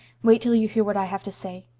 wait til you hear what i have to say.